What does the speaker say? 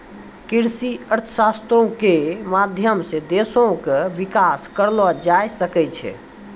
कृषि अर्थशास्त्रो के माध्यम से देशो के विकास करलो जाय सकै छै